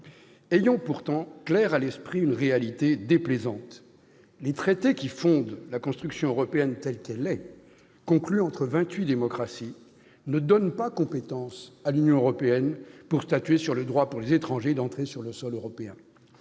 Ayons pourtant claire à l'esprit une réalité déplaisante. Les traités fondant la construction européenne, telle qu'elle est, traités conclus entre vingt-huit démocraties, ne donnent pas compétence à l'Union européenne pour statuer sur le droit pour les étrangers d'entrer sur le sol européen.